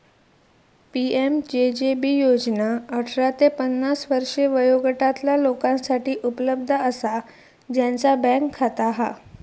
PMJJB योजना अठरा ते पन्नास वर्षे वयोगटातला लोकांसाठी उपलब्ध असा ज्यांचा बँक खाता हा